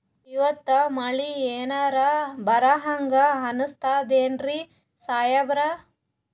ಇವತ್ತ ಮಳಿ ಎನರೆ ಬರಹಂಗ ಅನಿಸ್ತದೆನ್ರಿ ಸಾಹೇಬರ?